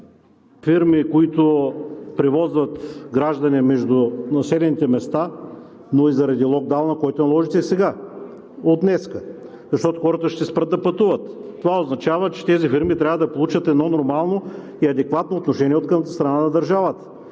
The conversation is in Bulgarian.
фирми, които превозват граждани между населените места, но и заради локдауна, който наложихте сега, от днес, защото хората ще се спрат да пътуват. Това означава, че тези фирми трябва да получат едно нормално и адекватно отношение от страна на държавата.